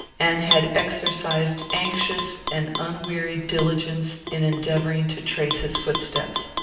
and had exercised anxious and unwearied diligence in endeavouring to trace his footsteps.